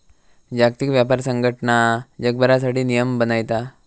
जागतिक व्यापार संघटना जगभरासाठी नियम बनयता